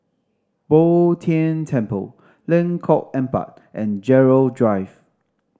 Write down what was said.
Bo Tien Temple Lengkok Empat and Gerald Drive